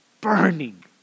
burning